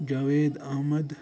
Javed Ahmad